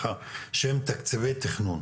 שהם תקציבי תכנון,